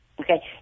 okay